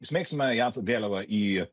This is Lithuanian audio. įsmeigsime jav vėliavą į